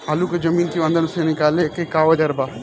आलू को जमीन के अंदर से निकाले के का औजार बा?